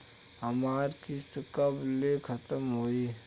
हमार किस्त कब ले खतम होई?